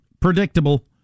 Predictable